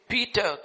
Peter